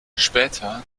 später